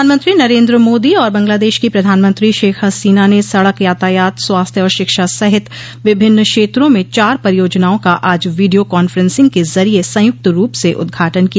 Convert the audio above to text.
प्रधानमंत्री नरेन्द्र मोदी और बंगलादेश की प्रधानमंत्री शेख हसीना ने सड़क यातायात स्वास्थ्य और शिक्षा सहित विभिन्न क्षेत्रों में चार परियोजनाओं का आज वीडियो कांफ्रेंसिंग के जरिये संयुक्त रूप से उद्घाटन किया